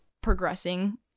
progressing